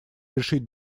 решить